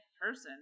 person